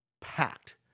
packed